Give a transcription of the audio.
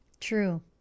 true